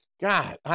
God